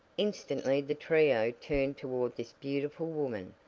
instantly the trio turned toward this beautiful woman,